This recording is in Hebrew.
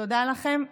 תודה לכם.